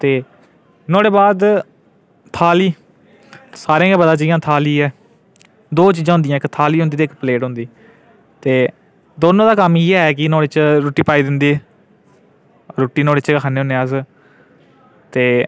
ते नुआढ़े बाद थाली सारें ई गै पता जि'यां थाली ऐ दो चीजां होंदियां इक थाली होंदी ते इक प्लेट होंदी ते दोन्नें दा कम्म इ'यै ऐ कि नुआढ़े च रुट्टी पाई दिंदे रुट्टी नुआढ़े च गै खन्ने होन्ने अस ते